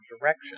Direction